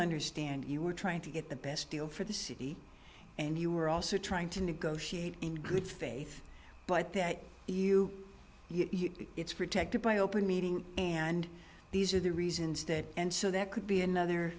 understand you were trying to get the best deal for the city and you were also trying to negotiate in good faith but that you it's protected by open meeting and these are the reasons that and so that could be another